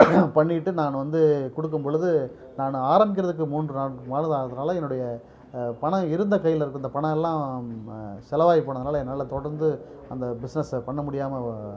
பண்ணிட்டு நான் வந்து கொடுக்கும் பொழுது நான் ஆரம்மிக்கிறதுக்கு மூன்று நாள் மேலே தான் ஆகுது அதனால் என்னுடைய பணம் இருந்த கையில் இருந்த பணம் எல்லாம் செலவாகிப் போனதுனால என்னால் தொடர்ந்து அந்த பிஸ்னஸை பண்ண முடியாமல்